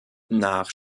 nach